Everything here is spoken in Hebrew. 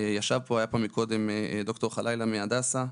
קודם ישב פה ד"ר חלאילה מהדסה.